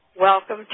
Welcome